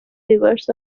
rivers